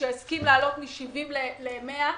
שהסכים להעלות מ-70 ל-100,